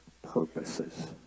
purposes